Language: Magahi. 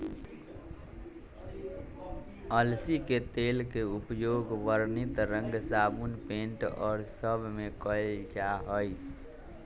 अलसी के तेल के उपयोग वर्णित रंग साबुन पेंट और सब में कइल जाहई